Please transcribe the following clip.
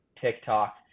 TikTok